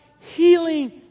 healing